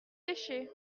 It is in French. pêchait